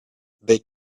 they